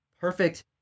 perfect